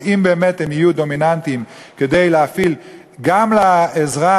אבל אם באמת הם יהיו דומיננטיים כדי להפעיל גם לאדם